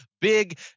big